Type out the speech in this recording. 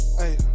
hey